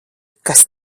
kas